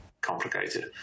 complicated